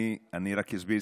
רק אסביר.